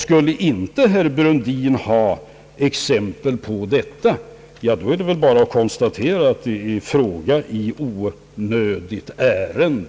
Skulle herr Brundin inte kunna ange några sådana exempel, är det väl bara att konstatera att han ställt en fråga i onödigt ärende.